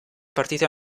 partite